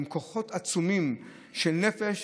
עם כוחות עצומים של נפש,